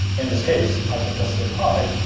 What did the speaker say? in this case, pythontest py.